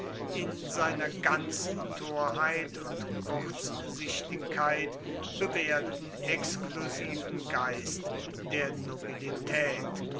in seiner ganzen torheit und kurzsichtigkeit bewährten exklusiven geist der nobilität